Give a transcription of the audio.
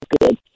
good